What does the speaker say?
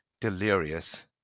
delirious